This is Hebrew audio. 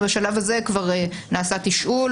ובשלב הזה כבר נעשה תשאול